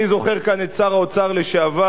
אני זוכר כאן את שר האוצר לשעבר,